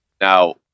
Now